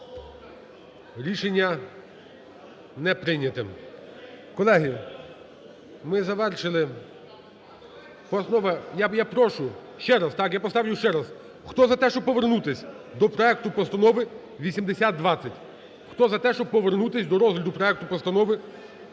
Рішення не прийнято. Колеги, ми завершили… Я прошу… Ще раз, так? Я поставлю ще раз. Хто за те, щоб повернутись до проекту Постанови 8020? Хто за те, щоб повернутись до розгляду проекту Постанови про